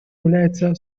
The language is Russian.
является